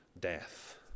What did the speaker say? death